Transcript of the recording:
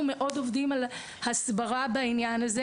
אנחנו מאוד עובדים על הסברה בעניין הזה